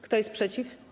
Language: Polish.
Kto jest przeciw?